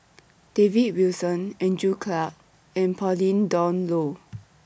David Wilson Andrew Clarke and Pauline Dawn Loh